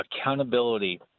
Accountability